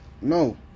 No